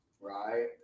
Right